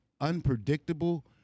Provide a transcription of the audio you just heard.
unpredictable